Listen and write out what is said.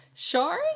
Sure